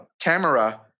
camera